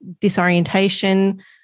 disorientation